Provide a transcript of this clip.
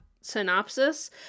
synopsis